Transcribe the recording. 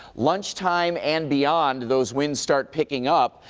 lunchtime and beyond, those winds start picking up,